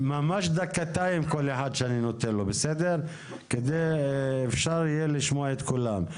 ממש דקתיים כל אחד שאני נותן לו כדי שאפשר יהיה לשמוע את כולם.